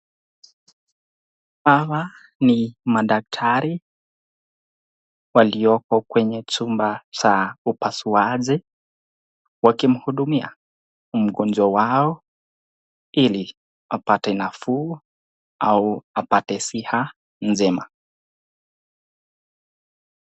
Hawa ni madaktari walioko kwenye chumba cha upasuaji, wakimhudumia mgonjwa wao ili apate nafuu au apate siha nzima.